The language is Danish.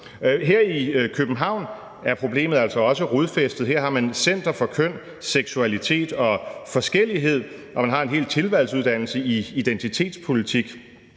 Her i København er problemet altså også rodfæstet. Her har man et Center for køn, seksualitet og forskellighed, og man har en hel tilvalgsuddannelse i identitetspolitik,